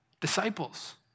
Disciples